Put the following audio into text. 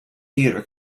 theater